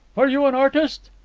are you an artist?